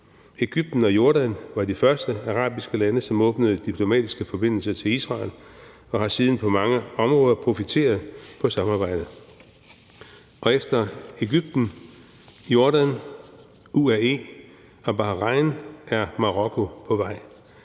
Egypten og Jordan var de første arabiske lande, som åbnede diplomatiske forbindelser til Israel og har siden på mange områder profiteret på samarbejdet. Efter Egypten, Jordan, UAE og Bahrain er Marokko på vej.